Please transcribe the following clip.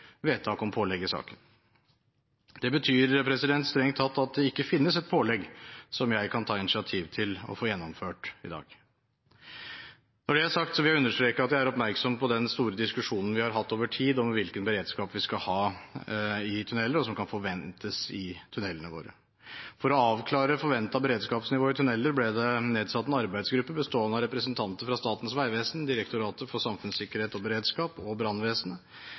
vedtak om pålegg i saken. Det betyr strengt tatt at det ikke finnes et pålegg som jeg kan ta initiativ til å få gjennomført i dag. Når det er sagt, vil jeg understreke at jeg er oppmerksom på den store diskusjonen vi har hatt over tid om hvilken beredskap vi skal ha og som kan forventes i tunnelene våre. For å avklare forventet beredskapsnivå i tunneler ble det nedsatt en arbeidsgruppe bestående av representanter fra Statens vegvesen, Direktoratet for samfunnssikkerhet og beredskap og brannvesenet,